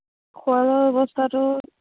খোৱা লোৱা ব্যৱস্থাটো